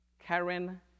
Karen